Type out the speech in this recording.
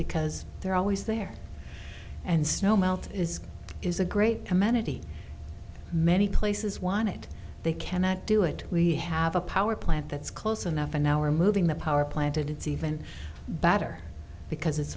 because they're always there and snow melt is is a great amenity many places want it they cannot do it we have a power plant that's close enough an hour moving the power planted it's even better because it's